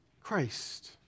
Christ